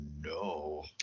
no